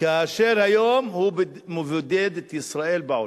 כאשר היום הוא מבודד את ישראל בעולם.